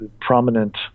prominent